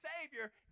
Savior